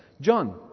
John